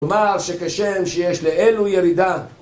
כלומר שכשם שיש לאלו ירידה